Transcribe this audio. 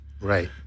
Right